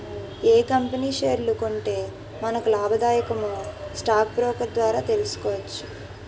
ఏ company షేర్లు కొంటే మనకు లాభాదాయకమో స్టాక్ బ్రోకర్ ద్వారా తెలుసుకోవచ్చు